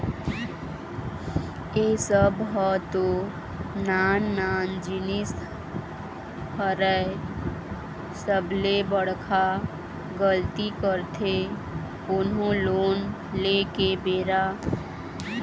ए सब ह तो नान नान जिनिस हरय सबले बड़का गलती करथे कोनो लोन ले के बेरा